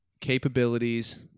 capabilities